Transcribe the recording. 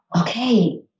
okay